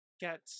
get